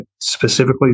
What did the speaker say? specifically